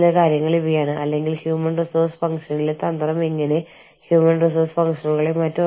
HR സർട്ടിഫിക്കേഷനിൽ ആഗോള പ്രോഗ്രാമുകൾ പിന്തുടരുക അത് നിങ്ങളെ കൂടുതൽ പഠിക്കാൻ സഹായിക്കും